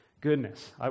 Goodness